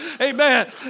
Amen